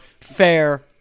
fair